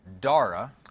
Dara